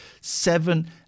seven